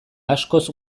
askoz